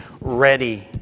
Ready